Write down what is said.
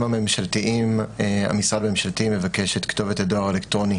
הממשלתיים המשרד הממשלתי מבקש את כתובת הדואר האלקטרוני